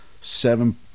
Seven